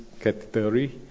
category